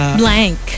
blank